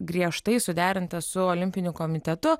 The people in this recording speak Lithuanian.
griežtai suderinta su olimpiniu komitetu